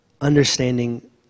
understanding